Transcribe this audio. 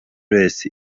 race